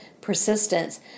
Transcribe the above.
persistence